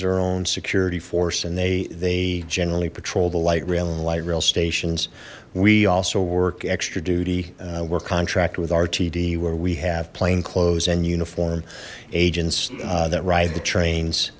their own security force and they they generally patrol the light rail and light rail stations we also work extra duty we're contracted with rtd where we have plainclothes and uniformed agents that ride the trains